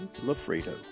LaFredo